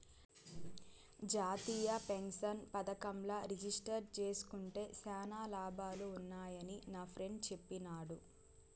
జాతీయ పెన్సన్ పదకంల రిజిస్టర్ జేస్కుంటే శానా లాభాలు వున్నాయని నాఫ్రెండ్ చెప్పిన్నాడు